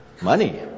money